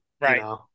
right